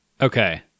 Okay